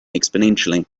exponentially